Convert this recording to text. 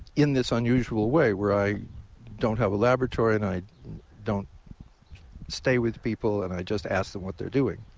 in this unusual way where i don't have a laboratory and i don't stay with people and i just ask them what they're doing.